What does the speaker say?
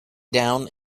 down